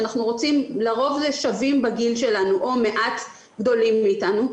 לרוב זה שווים בגיל שלנו או מעט גדולים מאיתנו,